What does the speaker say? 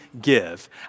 give